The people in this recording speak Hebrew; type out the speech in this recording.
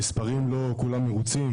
המספרים לא כולם מרוצים,